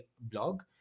blog